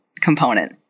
component